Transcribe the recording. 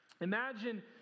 Imagine